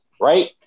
right